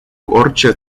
orice